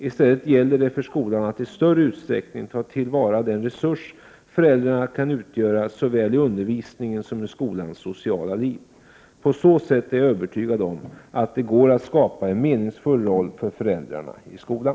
I stället gäller det för skolan att i större utsträckning ta till vara den resurs föräldrar kan utgöra såväl i undervisning som i skolans sociala liv. På så sätt är jag övertygad om att det går att skapa en meningsfull roll för föräldrarna i skolan.